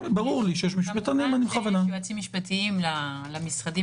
כמובן יש יועצים משפטיים למשרדים